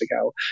ago